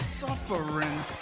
suffering